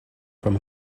from